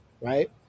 right